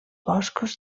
boscos